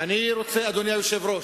אני רוצה, אדוני היושב-ראש,